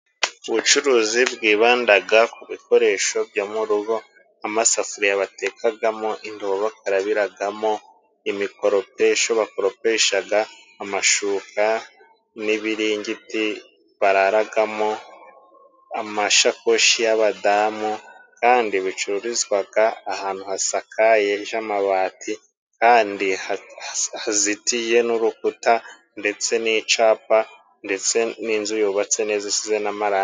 Ubucuruzi bwibanda ku bikoresho byo mu rugo, amasafuriya batekamo, indobo bakarabiramo, imikoropesho bakoropesha, amashuka n'ibibirigiti bararamo, amashakoshi y'abadamu. Kandi bicururizwa ahantu hasakaje amabati kandi hazitiye n'urukuta, ndetse n'icyapa ndetse n'inzu yubatse neza isize n'amarangi.